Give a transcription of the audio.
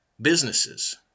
businesses